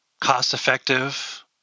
cost-effective